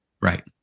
Right